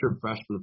freshman